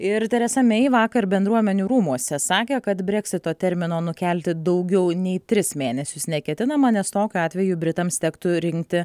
ir teresa mei vakar bendruomenių rūmuose sakė kad breksito termino nukelti daugiau nei tris mėnesius neketinama nes tokiu atveju britams tektų rinkti